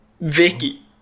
Vicky